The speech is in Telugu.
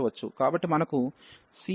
కాబట్టి మనకు c1e 24 ఉంది